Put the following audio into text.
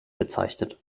bezeichnet